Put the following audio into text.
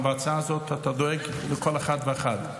בהצעה הזאת, אתה דואג לכל אחד ואחד.